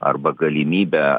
arba galimybę